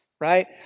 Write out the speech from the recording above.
right